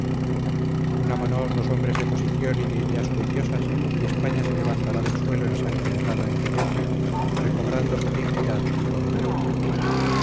unámonos los hombres de posición y de ideas juiciosas y españa se levantará del suelo ensangrentado en que yace recobrando su dignidad y poderío